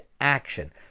action